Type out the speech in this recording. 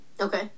Okay